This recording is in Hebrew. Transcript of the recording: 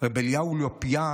רבי אליהו לופיאן,